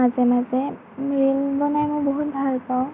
মাজে মাজে ৰিল বনাই মই বহুত ভালপাওঁ